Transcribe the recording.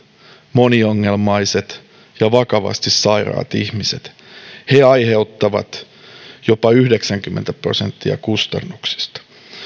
moniongelmaiset ja vakavasti sairaat ihmiset he aiheuttavat jopa yhdeksänkymmentä prosenttia kustannuksista